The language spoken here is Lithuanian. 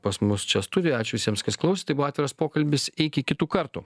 pas mus čia studijoj ačiū visiems kas klausė tai buvo atviras pokalbis iki kitų kartų